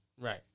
right